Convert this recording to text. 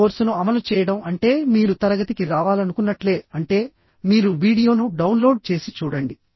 ఈ కోర్సును అమలు చేయడం అంటే మీరు తరగతికి రావాలనుకున్నట్లే అంటే మీరు వీడియోను డౌన్లోడ్ చేసి చూడండి